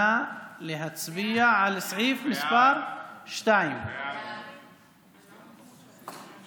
נא להצביע על סעיף מס' 2. סעיף 2,